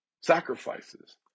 sacrifices